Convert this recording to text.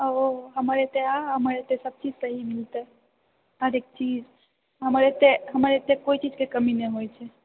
ओ हमर एतऽ सब चीज सही मिलतै हरेक चीज हमरा एतऽ एतऽ कोइ चीजके कमी नहि होइत छै